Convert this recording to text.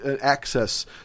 access